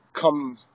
come